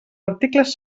articles